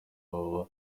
aba